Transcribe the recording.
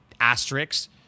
asterisks